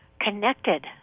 connected